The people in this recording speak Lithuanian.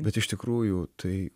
bet iš tikrųjų tai